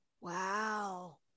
wow